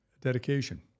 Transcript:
dedication